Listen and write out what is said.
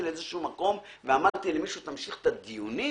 לאיזשהו מקום ואמרתי למישהו תמשיך את הדיונים